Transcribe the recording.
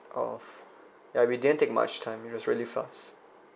of ya we didn't take much time it was really fast